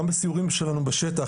גם בסיורים שלנו בשטח,